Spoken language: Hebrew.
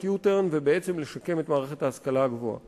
"יו-טרן" ובעצם לשקם את מערכת ההשכלה הגבוהה